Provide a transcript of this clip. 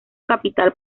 capital